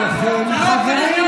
לעליון לא צריך להיות משפטן.